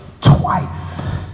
Twice